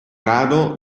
rado